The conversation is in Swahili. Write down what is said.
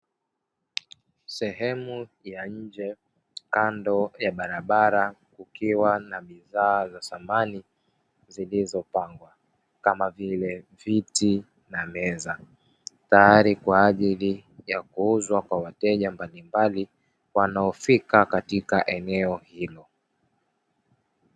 Sehemu ya nje kando ya barabara kukiwa na bidhaa za samani zilizopangwa, kama vile viti na meza, tayari kwa ajili ya kuuzwa kwa wateja mbalimbali wanaofika katika eneo hilo.